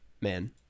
Man